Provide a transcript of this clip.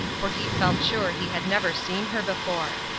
for he felt sure he had never seen her before.